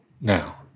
Now